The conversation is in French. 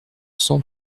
cent